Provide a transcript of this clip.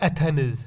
Athens